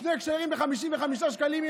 שני כשרים ב-55 שקלים.